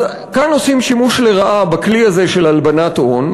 אז כאן עושים שימוש לרעה בכלי הזה של הלבנת הון.